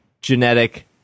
genetic